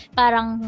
parang